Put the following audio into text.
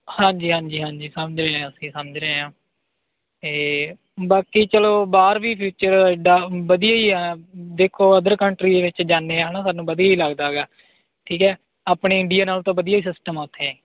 ਹਾਂਜੀ ਹਾਂਜੀ ਹਾਂਜੀ ਸਮਝ ਰਹੇ ਅਸੀਂ ਸਮਝ ਰਹੇ ਹਾਂ ਅਤੇ ਬਾਕੀ ਚਲੋ ਬਾਹਰ ਵੀ ਫਿਊਚਰ ਐਡਾ ਵਧੀਆ ਹੀ ਆ ਦੇਖੋ ਅਦਰ ਕੰਟਰੀ ਦੇ ਵਿੱਚ ਜਾਂਦੇ ਹਾਂ ਹੈਨਾ ਸਾਨੂੰ ਵਧੀਆ ਹੀ ਲੱਗਦਾ ਹੈਗਾ ਠੀਕ ਹੈ ਆਪਣੇ ਇੰਡੀਆ ਨਾਲੋਂ ਤਾਂ ਵਧੀਆ ਹੀ ਸਿਸਟਮ ਆ ਉੱਥੇ